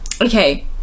Okay